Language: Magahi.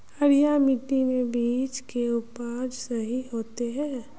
हरिया मिट्टी में बीज के उपज सही होते है?